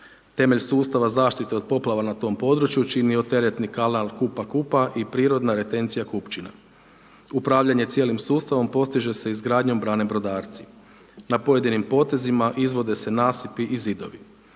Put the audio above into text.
Temelj sustava zaštite od poplava na tom području čini teretni kanal Kupa Kupa i prirodna retencija Kupčina. Upravljanje cijelim sustavom postiže se izgradnjom brane Brodarci. Na pojedinim potezima izvode se nasipi i zidovi.